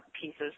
pieces